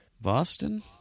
Boston